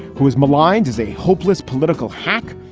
who was maligned as a hopeless political hack,